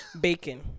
Bacon